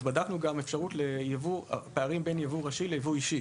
אז הבדיקה הנוספת שעשינו הייתה הפערים בין יבוא ראשי ליבוא אישי.